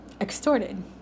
extorted